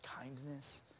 kindness